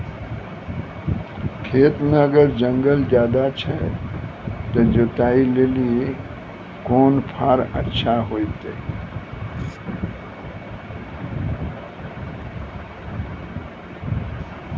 खेत मे अगर जंगल ज्यादा छै ते जुताई लेली कोंन फार अच्छा होइतै?